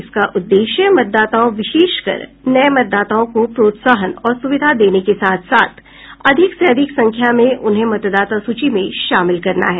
इसका उद्देश्य मतदाताओं विशेषकर नये मतदाताओं को प्रोत्साहन और सुविधा देने के साथ साथ अधिक से अधिक संख्या में उन्हें मतदाता सूची में शामिल करना है